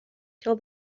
till